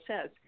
says